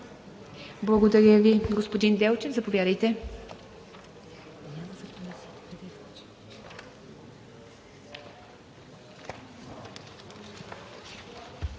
Благодаря Ви, господин Делчев. Заповядайте.